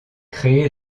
créée